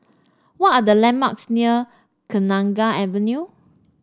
what are the landmarks near Kenanga Avenue